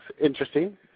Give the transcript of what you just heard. interesting